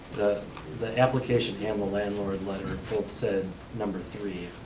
the application and the landlord letter both said number three,